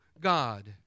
God